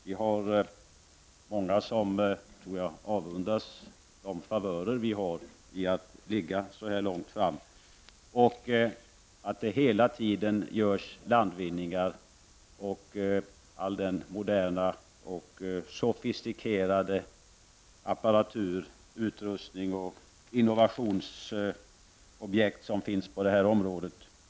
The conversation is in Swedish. Det finns många som avundas de favörer vi har i att ligga så långt framme, att det hela tiden görs landvinningar, all den moderna och sofistikerade apparatur, utrustning och innovationsobjekt som finns på området.